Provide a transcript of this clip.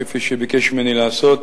כפי שהוא ביקש ממני לעשות,